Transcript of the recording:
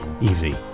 Easy